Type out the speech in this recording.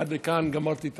עד כאן גמרתי את